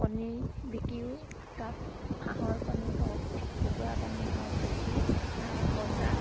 কণী বিকিও তাত হাঁহৰ কণী হওক কুকুৰা কণী হওক বিকি পইচা